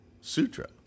Sutra